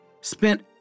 spent